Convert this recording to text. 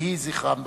יהי זכרם ברוך.